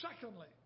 Secondly